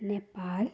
Nepal